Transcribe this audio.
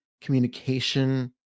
communication